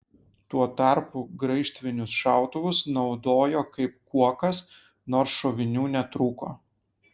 tuo tarpu graižtvinius šautuvus naudojo kaip kuokas nors šovinių netrūko